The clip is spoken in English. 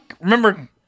Remember